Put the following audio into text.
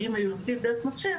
ושעכשיו עובדים דרך מחשב,